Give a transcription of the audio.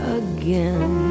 again